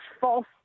false